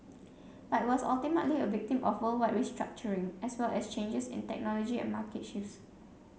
but it was ultimately a victim of worldwide restructuring as well as changes in technology and market shifts